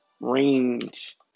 range